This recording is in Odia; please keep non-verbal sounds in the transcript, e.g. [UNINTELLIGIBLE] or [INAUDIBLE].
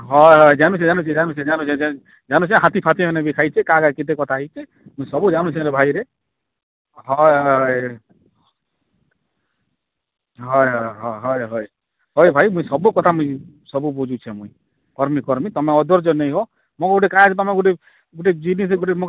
ହଁ ହଁ ହଁ ଜାନୁଛେ ଜାନୁଛେ ଜାନୁଛେ ଜାନୁଛେ ଜାନୁଛେ [UNINTELLIGIBLE] ଜାନୁଛେ ହାତୀଫାତି ହେଲେ ବି ଖାଇଛେ କାହା କେତେ କଥା ହେଇଛେ ମୁଇଁ ସବୁ ଜାନୁଛେରେ ଭାଇରେ ହଁ ଏ ହଁ ଏ ହଁ ଏ ହଏ ହଏ ଭାଇ ମୁଇଁ ସବୁ କଥା ମୁଇଁ ସବୁ ବୁଝୁଛେ ମୁଇଁ କରମି କରମି ତୁମେ ଅଧର୍ଯ୍ୟ ନାଇଁ ହୁଅ ମୁଁ ଗୁଟେ କାମ୍ ତୁମେ ଗୁଟେ ଗୁଟେ ଜିନିଷ ଗୁଟେ